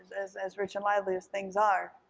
as as rich and lively as things are.